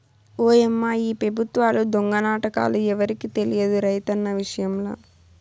ఓయమ్మా ఈ పెబుత్వాల దొంగ నాటకాలు ఎవరికి తెలియదు రైతన్న విషయంల